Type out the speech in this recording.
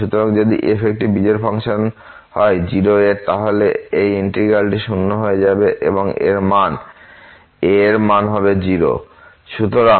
সুতরাং যদি f একটি বিজোড় ফাংশন হয় 0 এর তাহলে এই ইন্টিগ্র্যালটি শূন্য হয়ে যাবে এর মানে ans এর মান হবে 0